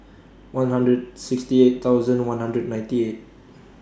one hundred sixty eight thousand one hundred ninety eight